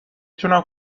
تونم